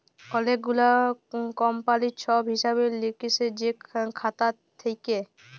অলেক গুলা কমপালির ছব হিসেব লিকেসের যে খাতা থ্যাকে